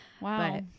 Wow